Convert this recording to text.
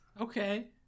Okay